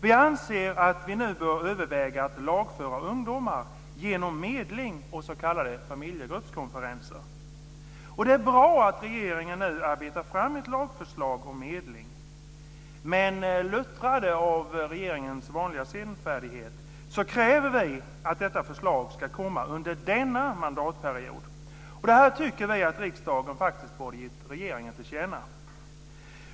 Vi anser att vi nu bör överväga att lagföra ungdomar genom medling och s.k. familjegruppskonferenser. Det är bra att regeringen nu arbetar fram ett lagförslag om medling. Men luttrade av regeringens vanliga senfärdighet kräver vi att detta förslag ska komma under denna mandatperiod. Detta tycker vi att riksdagen borde ha gett regeringen till känna.